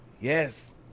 Yes